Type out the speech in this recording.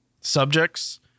subjects